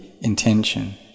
intention